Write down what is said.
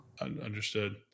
Understood